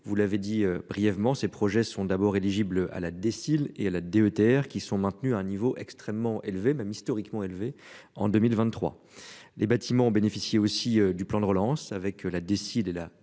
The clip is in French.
Vous l'avez dit brièvement, ces projets sont d'abord éligibles à la décile et à la DETR qui sont maintenus à un niveau extrêmement élevé même historiquement élevé en 2023. Les bâtiments ont bénéficié aussi du plan de relance, avec la décide décide